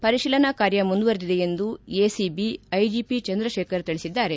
ಪರಿಶೀಲನಾ ಕಾರ್ಯ ಮುಂದುವರೆದಿದೆ ಎಂದು ಎಸಿಬಿ ಐಜಿಪಿ ಚಂದ್ರಶೇಖರ್ ತಿಳಿಸಿದ್ದಾರೆ